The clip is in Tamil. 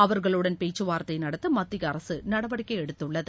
அவர்களுடன் பேச்சுவார்த்தை நடத்த மத்திய அரசு நடவடிக்கை எடுத்துள்ளது